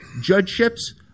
judgeships –